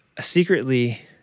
secretly